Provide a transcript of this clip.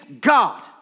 God